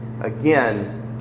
again